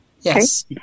Yes